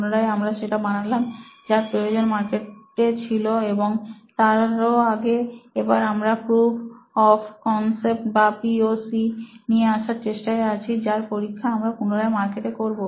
পুনরায় আমরা সেটা বানালাম যার প্রয়োজন মার্কেটে ছিল এবং তারও আগে এবার আমরা প্রুফ ওফ কনসেপ্ট বা পি ও সি নিয়ে আসার চেষ্টায় আছি যার পরীক্ষা আমরা পুনরায় মার্কেটে করব